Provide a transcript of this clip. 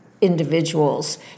individuals